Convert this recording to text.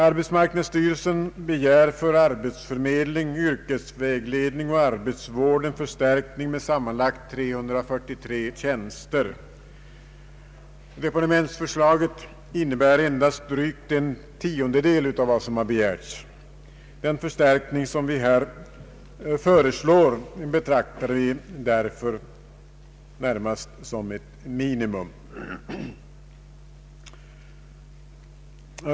Arbetsmarknadsstyrelsen begär för arbetsförmedling, yrkesvägledning och arbetsvård en förstärkning med sammanlagt 343 tjänster. Departementsförslaget innebär endast drygt en tiondedel av vad som begärts. Den förstärkning som vi här föreslår betraktar vi därför som ett minimum.